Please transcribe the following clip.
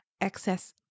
excess